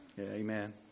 Amen